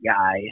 guy